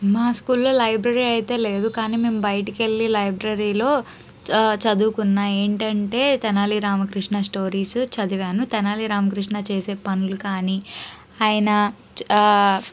మా స్కూల్లో లైబ్రరీ అయితే లేదు కాని మేము బయటికెళ్ళి లైబ్రరీలో చదువుకున్నాయి ఏంటంటే తెనాలి రామకృష్ణ స్టోరీసు చదివాను తెనాలి రామకృష్ణ చేసే పనులు కాని ఆయన